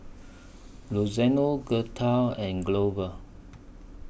Gertha and Glover